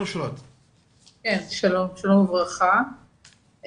שלום וברכה.